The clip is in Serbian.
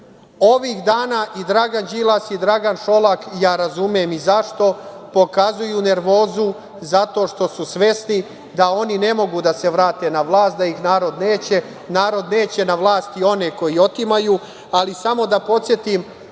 dana i Dragan Đilas i Dragan Šolak, ja razumem i zašto, pokazuju nervozu zato što su svesni da oni ne mogu da se vrate na vlast, da ih narod neće. Narod neće na vlasti one koji otimaju. Samo da podsetim